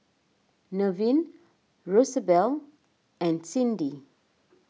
Nevin Rosabelle and Cindi